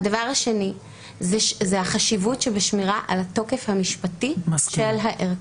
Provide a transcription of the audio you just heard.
הדבר השני הוא החשיבות שבשמירה על התוקף המשפטי של הערכה.